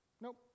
Nope